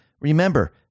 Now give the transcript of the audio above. Remember